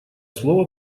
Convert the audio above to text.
слово